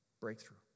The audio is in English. breakthrough